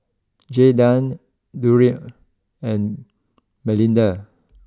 Jaydan Durrell and Melinda